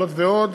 זאת ועוד,